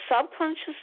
subconscious